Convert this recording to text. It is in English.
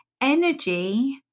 Energy